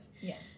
Yes